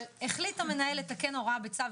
אבל אני אקריא: "החליט המנהל לתקן הוראה בצו